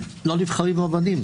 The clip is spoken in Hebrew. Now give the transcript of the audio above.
לא נבחרים רבנים.